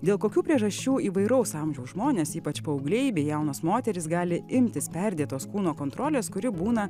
dėl kokių priežasčių įvairaus amžiaus žmonės ypač paaugliai bei jaunos moterys gali imtis perdėtos kūno kontrolės kuri būna